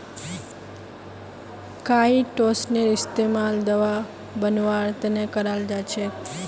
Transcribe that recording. काईटोसनेर इस्तमाल दवा बनव्वार त न कराल जा छेक